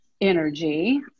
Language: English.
energy